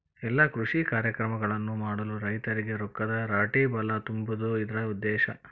ಎಲ್ಲಾ ಕೃಷಿ ಕಾರ್ಯಕ್ರಮಗಳನ್ನು ಮಾಡಲು ರೈತರಿಗೆ ರೊಕ್ಕದ ರಟ್ಟಿಬಲಾ ತುಂಬುದು ಇದ್ರ ಉದ್ದೇಶ